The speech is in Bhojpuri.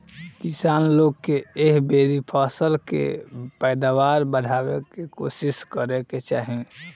किसान लोग के एह बेरी फसल के पैदावार बढ़ावे के कोशिस करे के चाही